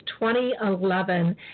2011